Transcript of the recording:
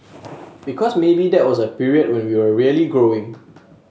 because maybe that was a period when we were really growing